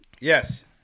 Yes